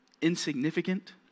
insignificant